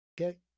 Okay